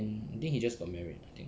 and I think he just got married I think